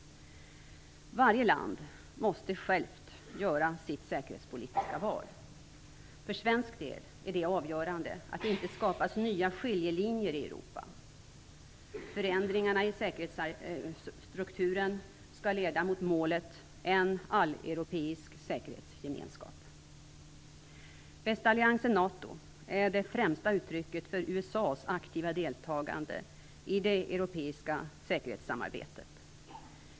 Varje land måste självt göra sitt säkerhetspolitiska val. För svensk del är det avgörande att det inte skapas nya skiljelinjer i Europa. Förändringar i säkerhetsstrukturen skall leda mot målet: en alleuropeisk säkerhetsgemenskap. Västalliansen NATO är det främsta uttrycket för USA:s aktiva deltagande i det europeiska säkerhetssamarbetet.